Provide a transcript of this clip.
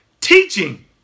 teaching